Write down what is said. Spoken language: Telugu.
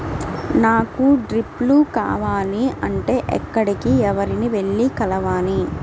నాకు డ్రిప్లు కావాలి అంటే ఎక్కడికి, ఎవరిని వెళ్లి కలవాలి?